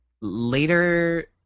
Later